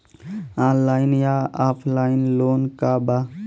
Online या offline loan का बा?